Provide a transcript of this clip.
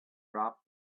dropped